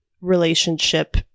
relationship